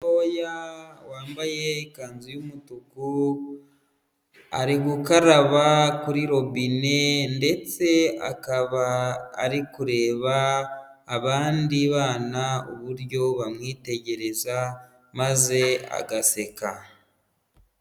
Mutoya wambaye ikanzu y'umutuku ari gukaraba kuri robine ndetse akaba ari kureba abandi bana uburyo bamwitegereza, maze agaseka.